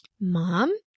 mom